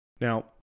Now